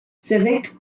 civic